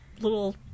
little